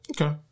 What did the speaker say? Okay